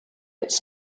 its